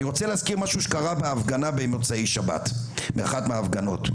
אני רוצה להזכיר משהו שקרה בהפגנה במוצאי שבת באחת ההפגנות,